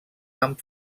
amb